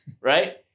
right